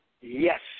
yes